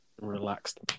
relaxed